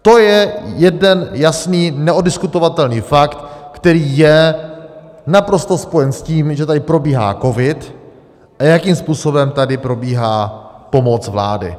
To je jeden jasný neoddiskutovatelný fakt, který je naprosto spojen s tím, že tady probíhá covid a jakým způsobem tady probíhá pomoc vlády.